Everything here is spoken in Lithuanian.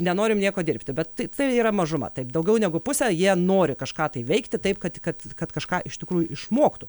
nenorim nieko dirbti bet tai tai yra mažuma taip daugiau negu pusė jie nori kažką veikti taip kad kad kad kažką iš tikrųjų išmoktų